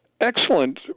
excellent